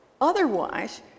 otherwise